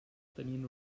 tenien